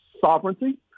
sovereignty